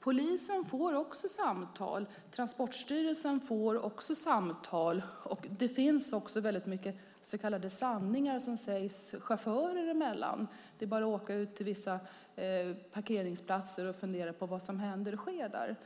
Polisen och Transportstyrelsen får också samtal. Det finns också många så kallade sanningar chaufförer emellan. Det är bara att åka ut till vissa parkeringsplatser och fundera på vad som händer och sker där.